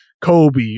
Kobe